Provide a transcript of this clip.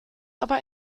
aber